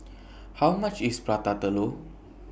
How much IS Prata Telur